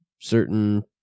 certain